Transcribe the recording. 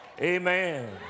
Amen